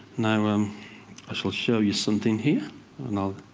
now um i shall show you something here. and i'll